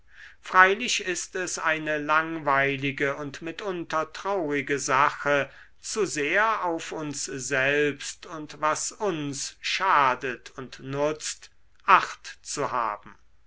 freilich ist es eine langweilige und mitunter traurige sache zu sehr auf uns selbst und was uns schadet und nutzt